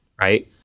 right